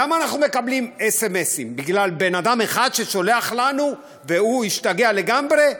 למה אנחנו מקבלים סמ"סים בגלל בן אדם אחד ששולח לנו והוא השתגע לגמרי?